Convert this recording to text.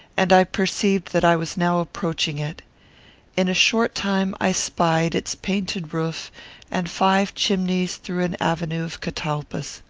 and i perceived that i was now approaching it in a short time i spied its painted roof and five chimneys through an avenue of catalpas.